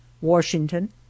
Washington